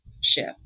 shift